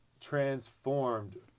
transformed